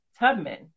Tubman